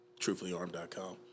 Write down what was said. truthfullyarmed.com